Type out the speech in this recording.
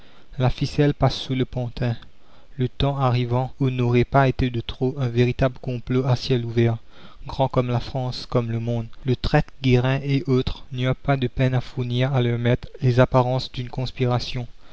la ficelle passe sous le pantin le temps arrivant où n'aurait pas été de trop un véritable complot à ciel ouvert grand comme la france comme le monde le traître guérin et autres n'eurent pas de peine à fournir à leurs maîtres les apparences d'une conspiration